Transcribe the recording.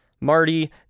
Marty